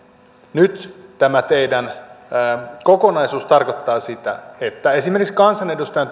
nyt tämä teidän kokonaisuutenne tarkoittaa sitä että esimerkiksi kansanedustajan